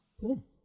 Cool